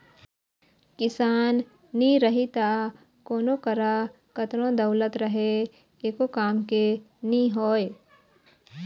किसान नी रही त कोनों करा कतनो दउलत रहें एको काम के नी होय